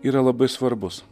yra labai svarbus